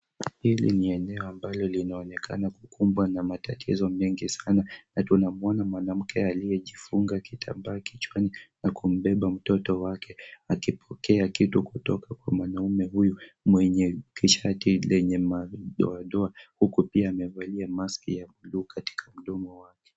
Hili ni eneo ambalo linaonekana kukumbwa na matatizo mengi sana na tunamwona mwanamke aliyejifunga kitambaa kichwani na kumbeba mtoto wake akipokea kitu kutoka kwa mwanaume huyu mwenye t-shirt lenye madoadoa huku pia amevalia maski ya bluu katika mdomo wake.